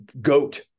Goat